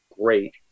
great